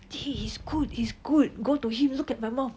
he he's good he's good look at my mouth